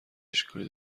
اشکالی